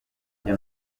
ibyo